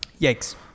yikes